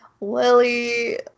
Lily